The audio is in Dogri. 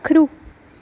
पक्खरू